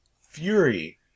fury